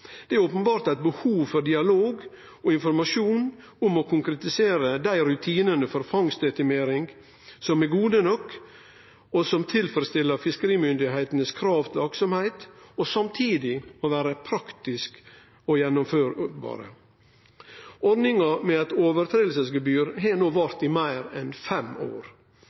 Det er openbert eit behov for dialog og informasjon om å konkretisere dei rutinane for fangstestimering som er gode nok, som tilfredsstiller krava til aktsemd frå fiskerimyndigheitene si side, og som samtidig er praktiske og gjennomførbare. Ordninga med regelbrotsgebyr har no vart i meir enn fem år.